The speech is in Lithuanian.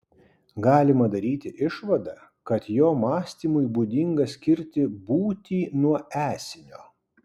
galima daryti išvadą kad jo mąstymui būdinga skirti būtį nuo esinio